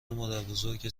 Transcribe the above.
مادربزرگت